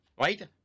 right